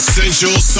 Essential